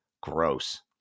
gross